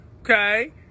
okay